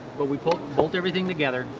but we bolt bolt everything together.